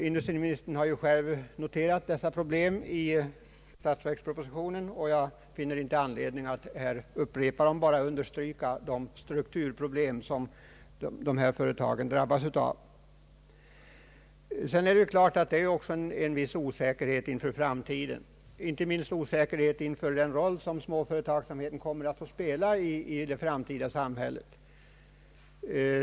Industriministern har själv noterat dessa problem i statsverkspropositionen, och jag finner inte anledning att här upprepa dem. Jag vill bara understryka att dessa företag drabbas av problem i samband med strukturomvandlingen. Det råder också en viss osäkerhet inför framtiden, inte minst inför den roll som småföretagsamheten kommer att spela i det framtida samhället.